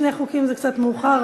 שני חוקים זה קצת מאוחר,